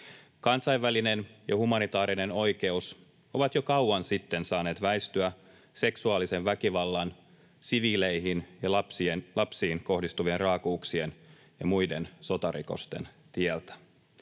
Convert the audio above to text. Kansainvälinen ja humanitaarinen oikeus ovat jo kauan sitten saaneet väistyä seksuaalisen väkivallan, siviileihin ja lapsiin kohdistuvien raakuuksien ja muiden sotarikosten tieltä.